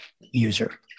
user